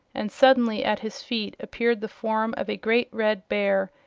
and suddenly at his feet appeared the form of a great red bear,